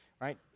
right